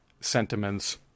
sentiments